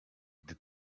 the